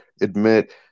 admit